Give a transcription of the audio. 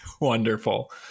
wonderful